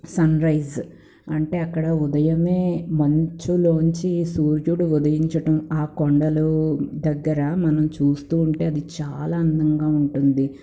sun rise అంటే అక్కడ ఉదయమే మంచులోంచి సూర్యుడు ఉదయించటం ఆ కొండలూ దగ్గర మనం చూస్తూ ఉంటే అది చాలా అందంగా ఉంటుంది